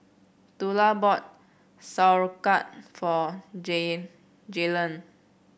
Tula bought Sauerkraut for Jaylan